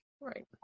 Right